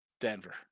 Denver